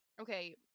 okay